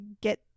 get